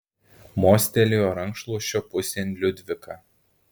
mostelėjo rankšluosčio pusėn liudvika